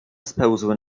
spełzły